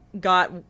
got